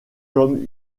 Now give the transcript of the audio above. comme